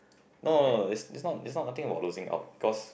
no no no is is not is not nothing will losing out because